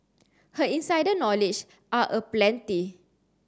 her insider knowledge are aplenty